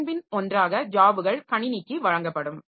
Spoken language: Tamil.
ஒன்றன்பின் ஒன்றாக ஜாப்கள் கணினிக்கு வழங்கப்படும்